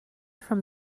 from